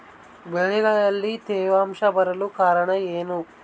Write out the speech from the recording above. ಬೆಳೆಗಳಲ್ಲಿ ತೇವಾಂಶ ಬರಲು ಕಾರಣ ಏನು?